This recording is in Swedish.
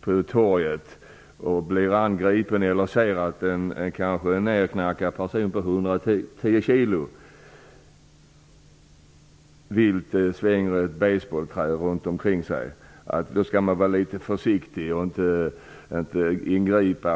på torget och blir angripen eller ser en nedknarkad person på 110 kg vilt svänga ett basebollträ omkring sig, skall vara litet försiktig och inte ingripa.